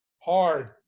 hard